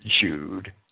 Jude